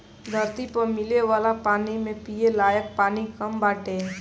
धरती पअ मिले वाला पानी में पिये लायक पानी कम बाटे